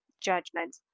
judgment